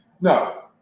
No